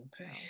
Okay